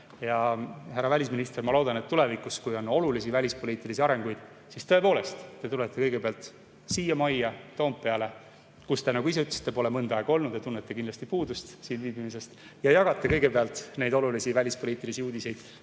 Härra välisminister, ma loodan, et tulevikus, kui on olulisi välispoliitilisi arengusuundi, siis tõepoolest te tulete kõigepealt siia majja, Toompeale, kus te, nagu ise ütlesite, pole mõnda aega olnud ja tunnete kindlasti puudust siin viibimisest, ja jagate kõigepealt neid olulisi välispoliitilisi uudiseid